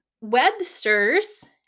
Webster's